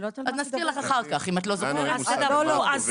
את